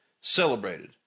celebrated